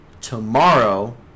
Tomorrow